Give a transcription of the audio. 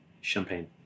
Champagne